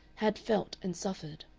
had felt and suffered.